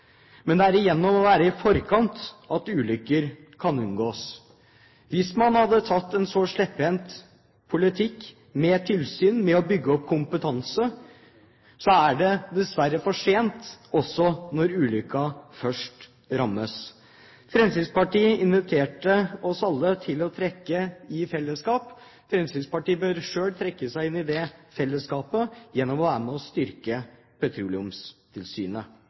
Men det er gjennom å være i forkant at ulykker kan unngås. Hvis man hadde hatt en så slepphendt politikk for tilsyn og for det å bygge opp kompetanse, ville det dessverre ha vært for sent når ulykken først rammet. Fremskrittspartiet inviterte oss alle til å trekke i fellesskap. Fremskrittspartiet bør selv trekke seg inn i det fellesskapet, gjennom å være med og styrke Petroleumstilsynet.